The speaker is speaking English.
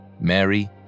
mary